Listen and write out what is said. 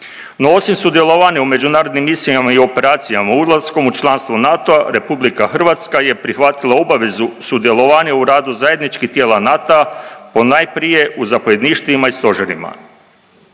No osim sudjelovanja u međunarodnim misijama i operacijama ulaskom u članstvo NATO-a RH je prihvatila obavezu sudjelovanja u radu zajedničkih tijela NATO-a ponajprije u zapovjedništvima i stožerima.